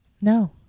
No